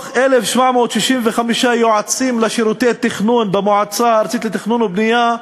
מ-1,765 יועצים לשירותי תכנון במועצה הארצית לתכנון ובנייה,